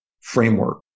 framework